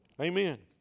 Amen